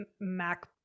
mac